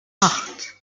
acht